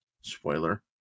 spoiler